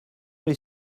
les